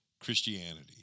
christianity